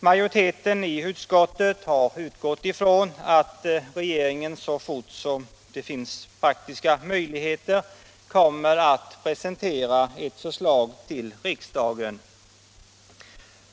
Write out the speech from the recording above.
Majoriteten i utskottet har utgått ifrån att regeringen så fort det finns praktiska möjligheter kommer att presentera ett förslag till riksdagen.